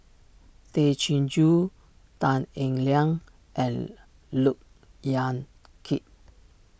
Tay Chin Joo Tan Eng Liang and Look Yan Kit